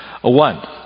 One